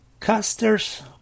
Casters